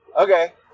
okay